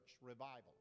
revival